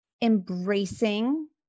embracing